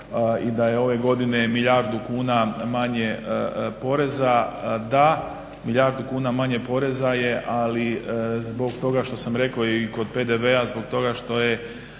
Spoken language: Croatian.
i da je ove godine milijardu kuna manje poreza. Da, milijardu kuna manje poreza je ali zbog toga što sam rekao i kod PDV-a zbog toga što je